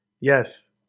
Yes